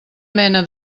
mena